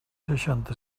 seixanta